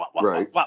Right